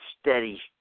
steady